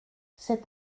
c’est